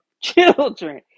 children